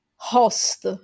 Host